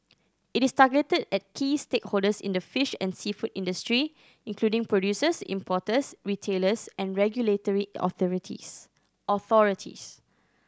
it is targeted at key stakeholders in the fish and seafood industry including producers importers retailers and regulatory authorities